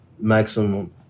maximum